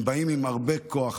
הם באים עם הרבה כוח,